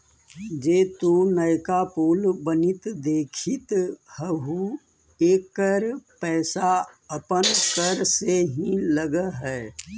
जे तु नयका पुल बनित देखित हहूँ एकर पईसा अपन कर से ही लग हई